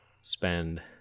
spend